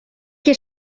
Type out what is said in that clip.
que